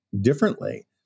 differently